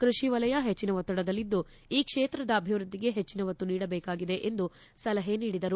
ಕ್ರಷಿ ವಲಯ ಹೆಚ್ಚಿನ ಒತ್ತಡದಲ್ಲಿದ್ದು ಈ ಕ್ಷೇತ್ರದ ಅಭಿವ್ಯದ್ಧಿಗೆ ಹೆಚ್ಚಿನ ಒತ್ತು ನೀಡಬೇಕಾಗಿದೆ ಎಂದು ಸಲಹೆ ನೀಡಿದರು